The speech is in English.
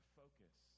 focus